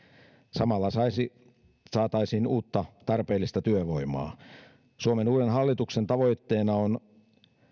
samalla saataisiin uutta tarpeellista työvoimaa suomen uuden hallituksen tavoitteena on